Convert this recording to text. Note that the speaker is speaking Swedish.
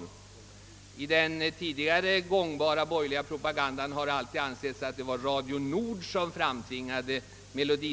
Tidigare har det alltid i den borgerliga propagandan hetat att det var Radio Nord som tvingade